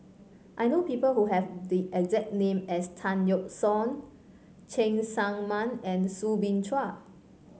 I know people who have the exact name as Tan Yeok Seong Cheng Tsang Man and Soo Bin Chua